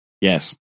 Yes